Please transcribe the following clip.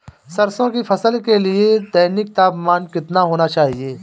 सरसों की फसल के लिए दैनिक तापमान कितना होना चाहिए?